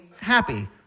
happy